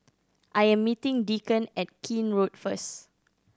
I am meeting Deacon at Keene Road first